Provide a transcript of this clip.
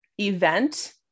event